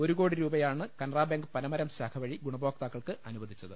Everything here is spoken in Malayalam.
ഒരു കോടി രൂപയാണ് കനറബാങ്ക് പനമരം ശാഖ വഴി ഗുണഭോക്താക്കൾക്ക് അനുവദിച്ചത്